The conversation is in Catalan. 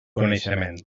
coneixement